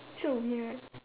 show me here